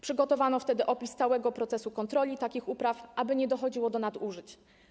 Przygotowano wtedy opis całego procesu kontroli takich upraw, aby nie dochodziło do nadużyć.